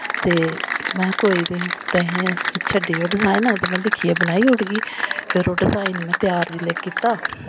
ते महैं कोई निं तुसें छड्डी जाओ डिजाइन ते में दिक्खियै बनाई ओड़गी फिर ओह् डिजाइन में त्यार जिल्लै कीता